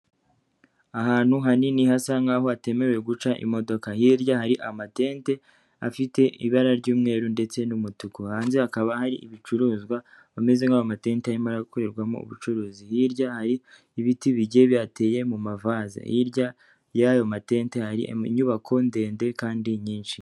Ahantu hanini hasa nkaho hatemerewe guca imodoka, hirya hari amatente afite ibara ry'umweru ndetse n'umutuku. Hanze hakaba hari ibicuruzwa bameze nk'aho ayo matente arimo gukorerwamo ubucuruzi. Hirya hari ibiti bijyiye bihateye mu mavase. Hirya y'ayo matente hari inyubako ndende kandi nyinshi.